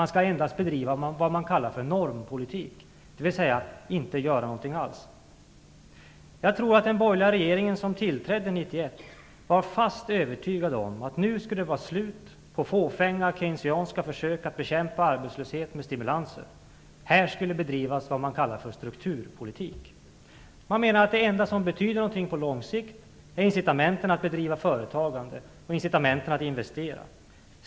Man skall endast bedriva en normpolitik, dvs. inte göra någonting alls. Jag tror att den borgerliga regering som tillträdde 1991 var fast övertygad om att det nu skulle vara slut på de fåfänga keynesianska försöken att bekämpa arbetslöshet med stimulanser. Det skulle bedrivas en s.k. strukturpolitik. Man menar att det enda som betyder något på lång sikt är incitamenten att driva företag och incitamenten att investera.